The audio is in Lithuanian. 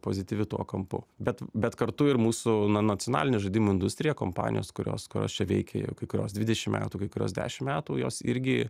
pozityvi tuo kampu bet bet kartu ir mūsų na nacionalinė žaidimų industrija kompanijos kurios kurios čia veikia jau kai kurios dvidešim metų kai kurios dešim metų jos irgi